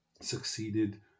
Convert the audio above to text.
succeeded